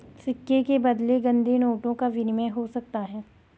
सिक्के के बदले गंदे नोटों का विनिमय हो सकता है